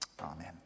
Amen